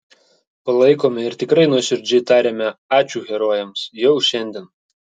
palaikome ir tikrai nuoširdžiai tariame ačiū herojams jau šiandien